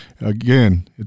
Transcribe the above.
Again